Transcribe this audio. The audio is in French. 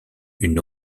une